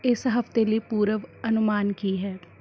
ਇਸ ਹਫ਼ਤੇ ਲਈ ਪੂਰਵ ਅਨੁਮਾਨ ਕੀ ਹੈ